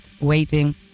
waiting